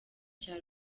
cya